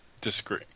disagree